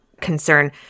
concern